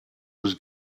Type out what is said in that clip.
was